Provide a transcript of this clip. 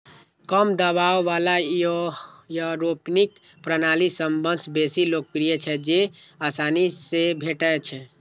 कम दबाव बला एयरोपोनिक प्रणाली सबसं बेसी लोकप्रिय छै, जेआसानी सं भेटै छै